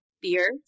beer